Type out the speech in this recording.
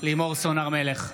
לימור סון הר מלך,